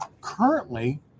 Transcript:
Currently